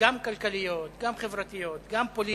גם כלכליות, גם חברתיות וגם פוליטיות.